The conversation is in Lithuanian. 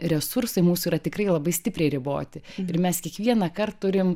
resursai mūsų yra tikrai labai stipriai riboti ir mes kiekvienąkart turim